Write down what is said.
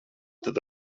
tad